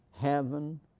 heaven